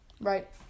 right